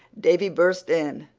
davy burst in,